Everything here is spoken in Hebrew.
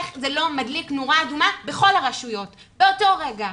איך זה לא מדליק נורה אדומה בכל הרשויות באותו רגע?